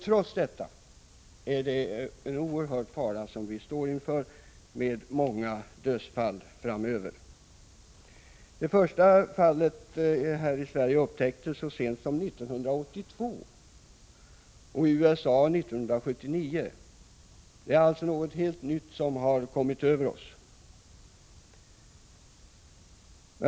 Trots detta är det en oerhörd fara vi står inför med många dödsfall framöver. Det första fallet här i Sverige upptäcktes så sent som 1982 — i USA 1979. Det är alltså något helt nytt som har kommit över oss.